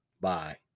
Bye